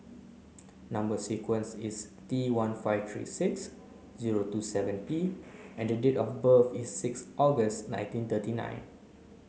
number sequence is T one five three six zero two seven P and the date of birth is six August nineteen thirty nine